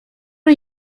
are